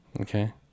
Okay